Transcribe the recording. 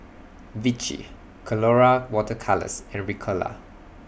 Vichy Colora Water Colours and Ricola